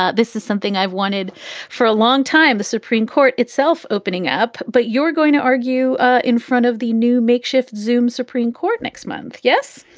ah this is something i've wanted for a long time. the supreme court itself opening up. but you're going to argue in front of the new makeshift zoom's supreme court next month yes,